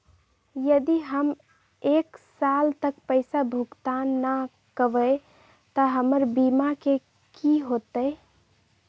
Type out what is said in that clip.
यदि हम एक साल तक पैसा भुगतान न कवै त हमर बीमा के की होतै?